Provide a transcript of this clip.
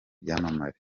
byamamare